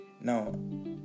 Now